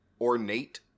ornate